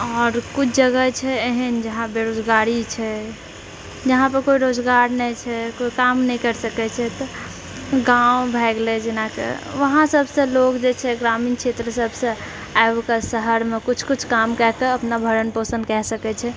आओर किछु जगह छै एहन जहाँ बेरोजगारी छै जहाँपर कोइ रोजगार नहि छै कोइ काम नहि करि सकैत छै तऽ गाँव भए गेलै जेनाकि वहाँ सबसँ लोग जेछै ग्रामीण क्षेत्र सबसँ आबिके शहरमे किछु किछु काम कएके अपना भरणपोषण कए सकैत छै